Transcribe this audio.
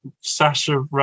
Sasha